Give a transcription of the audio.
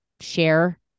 share